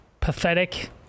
pathetic